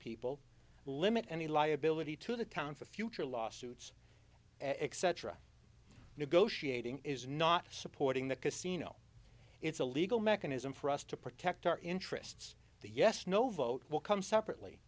people limit any liability to the town for future lawsuits etc negotiating is not supporting the casino it's a legal mechanism for us to protect our interests the yes no vote will come separately